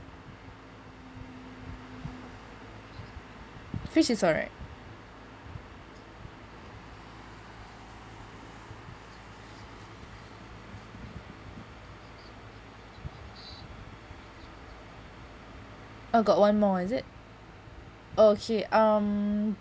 fish is alright oh got one more is it okay um